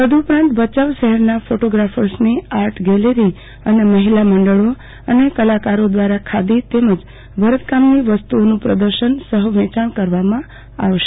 તદઉપરાંત ભયાઉ શહેરના ફોટો ગ્રાફર્સની આર્ટગેલેરી અને મહિલામંડળો અને કલાકારો દ્રારા ખાદી અને ભરતકામની વસ્તુઓ પ્રદર્શન સહ વેચાણ કરવામાં આવશે